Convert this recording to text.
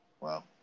Wow